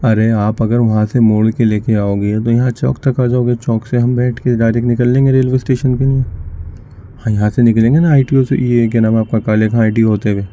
ارے آپ اگر وہاں سے موڑ کے لے کے آؤ گے تو یہاں چوک تک آ جاؤ گے چوک سے ہم بیٹھ کے ڈائریکٹ نکل لیں گے ریلوے اسٹیشن کے لیے ہاں یہاں سے نکلیں گے نا آئی ٹی او سے یہ کیا نام ہے آپ کا Kale Khan I T O ہوتے ہوئے